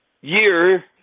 year